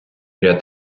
ряд